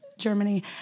germany